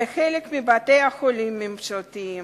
בחלק מבתי-החולים הממשלתיים,